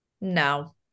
no